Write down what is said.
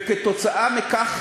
וכתוצאה מכך